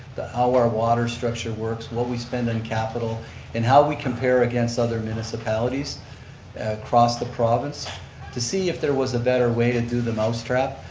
our water structure works, what we spend in capital and how we compare against other municipalities across the province to see if there was a better way to do the mouse trap.